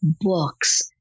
books